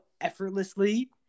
effortlessly